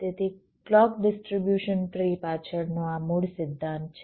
તેથી clock distribution tree પાછળનો આ મૂળ સિદ્ધાંત છે